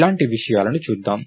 ఇలాంటి విషయాలను చూద్దాం